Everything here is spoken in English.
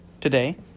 today